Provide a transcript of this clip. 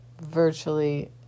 virtually